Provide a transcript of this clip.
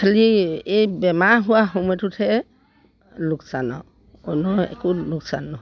খালী এই বেমাৰ হোৱা সময়টোতহে লোকচান আৰু অন্য কোনো একো লোকচান নহয়